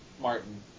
Martin